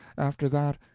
after that,